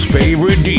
favorite